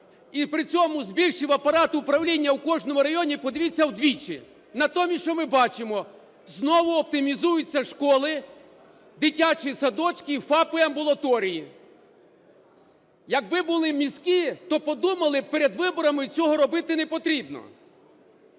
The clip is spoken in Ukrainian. і при цьому збільшив апарат управління в кожному районі, подивіться, вдвічі. Натомість, що ми бачимо? Знову оптимізуються школи, дитячі садочки і ФАПи, і амбулаторії. Якби були мізки, то подумали б, перед виборами цього робити не потрібно,